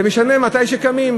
זה משנה מתי קמים.